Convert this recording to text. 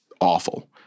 awful